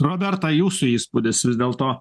roberta jūsų įspūdis vis dėlto